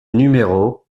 numéros